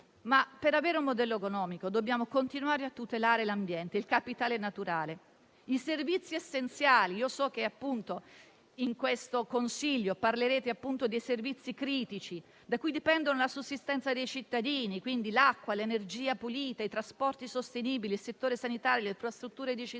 Per avere un simile modello economico, dobbiamo continuare a tutelare l'ambiente, il capitale naturale. So che in questo Consiglio parlerete dei servizi critici essenziali, da cui dipende la sussistenza dei cittadini: l'acqua, l'energia pulita, i trasporti sostenibili, il settore sanitario, le infrastrutture digitali,